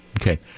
Okay